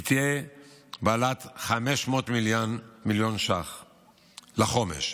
תהיה בעלות 500 מיליון ש"ח לחומש.